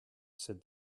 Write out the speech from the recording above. said